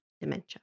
Dementia